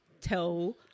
tell